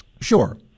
Sure